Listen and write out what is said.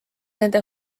nende